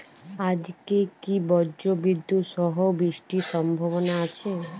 আজকে কি ব্রর্জবিদুৎ সহ বৃষ্টির সম্ভাবনা আছে?